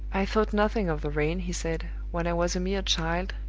i thought nothing of the rain, he said, when i was a mere child,